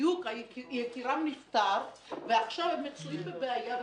שבדיוק יקירם נפטר ועכשיו הם מצויים בבעיה.